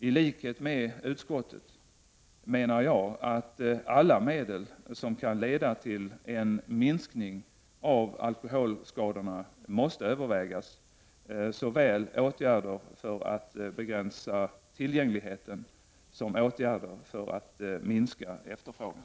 I likhet med utskottet menar jag att alla medel som kan leda till en minskning av alkoholskadorna måste övervägas, såväl åtgärder för att begränsa tillgängligheten som åtgärder för att minska efterfrågan.